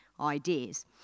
ideas